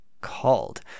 called